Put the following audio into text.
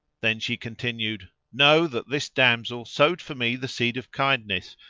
then she continued, know that this damsel sowed for me the seed of kindness,